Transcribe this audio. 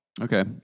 Okay